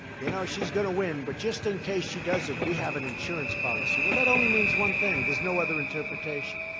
you know, she's going to win. but just in case she doesn't, we have an insurance policy. well, that only means one thing there's no other interpretation.